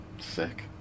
Sick